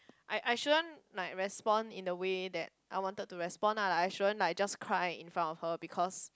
I I shouldn't like respond in a way that I wanted to respond ah like I shouldn't like just cry in front of her because